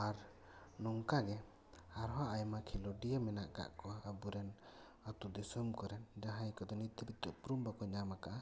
ᱟᱨ ᱱᱚᱝᱠᱟ ᱜᱮ ᱟᱨᱦᱚᱸ ᱟᱭᱢᱟ ᱠᱷᱮᱞᱳᱰᱤᱭᱟᱹ ᱢᱮᱱᱟᱜ ᱟᱠᱟᱫ ᱠᱚᱣᱟ ᱟᱵᱚ ᱨᱮᱱ ᱟᱹᱛᱩ ᱫᱤᱥᱚᱢ ᱠᱚᱨᱮᱱ ᱡᱟᱦᱟᱸᱭ ᱠᱚᱫᱚ ᱱᱤᱛ ᱦᱟᱹᱵᱤᱡ ᱛᱮ ᱩᱯᱨᱩᱢ ᱵᱟᱠᱚ ᱧᱟᱢ ᱟᱠᱟᱜᱼᱟ